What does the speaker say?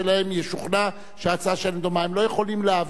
הם לא יכולים להעלות את הנושא על